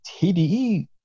TDE